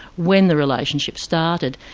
when the relationship started,